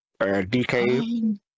DK